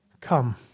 Come